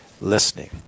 listening